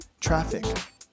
Traffic